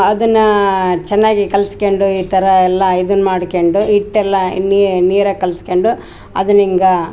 ಅದನ್ನ ಚೆನ್ನಾಗಿ ಕಲ್ಸ್ಕೆಂಡು ಈ ಥರ ಎಲ್ಲ ಇದನ್ನ ಮಾಡ್ಕೆಂಡು ಹಿಟ್ಟೆಲ್ಲಾ ನೀರಾಗೆ ಕಲ್ಸ್ಕೆಂಡು ಅದನಿಂಗ